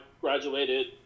graduated